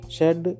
Shed